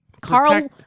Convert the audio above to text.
Carl